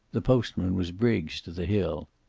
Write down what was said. the postman was briggs to the hill.